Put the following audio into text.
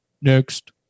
next